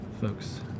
folks